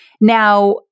Now